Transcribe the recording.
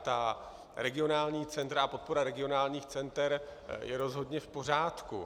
Ta regionální centra a podpora regionálních center je rozhodně v pořádku.